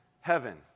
heaven